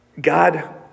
God